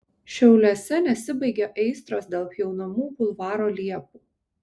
šiauliuose nesibaigia aistros dėl pjaunamų bulvaro liepų